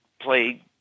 play